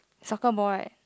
soccer ball right